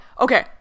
okay